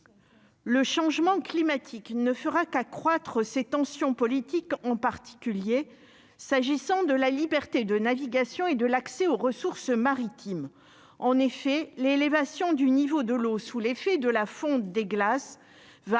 Le changement climatique ne fera qu'accroître ces tensions politiques en particulier s'agissant de la liberté de navigation et de l'accès aux ressources maritimes en effet l'élévation du niveau de l'eau sous l'effet de la fonte des glaces va